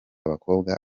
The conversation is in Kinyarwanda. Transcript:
abakobwa